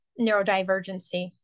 neurodivergency